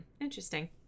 interesting